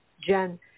Jen